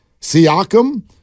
Siakam